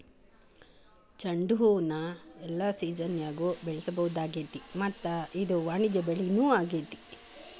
ಚಂಡುಹೂನ ಎಲ್ಲಾ ಸಿಜನ್ಯಾಗು ಬೆಳಿಸಬಹುದಾಗೇತಿ ಮತ್ತ ಇದು ವಾಣಿಜ್ಯ ಬೆಳಿನೂ ಆಗೇತಿ